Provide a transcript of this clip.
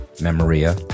Memoria